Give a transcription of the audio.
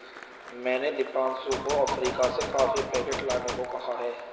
मैंने दीपांशु को अफ्रीका से कॉफी पैकेट लाने को कहा है